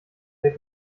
der